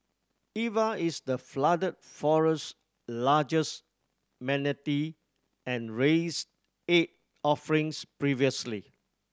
Eva is the Flooded Forest largest manatee and raised eight offspring previously